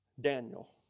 Daniel